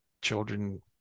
children